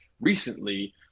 recently